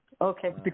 Okay